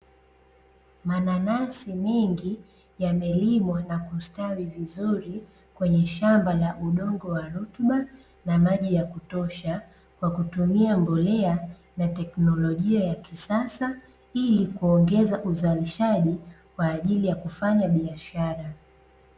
Mananasi mengi yamelimwa na kustawi vizuri kwenye shamba la udongo wa rutuba na maji ya kutosha kwa kutumia mbolea na teknolojia ya kisasa ili kuongeza uzalishaji kwa ajili ya kufanya biashara.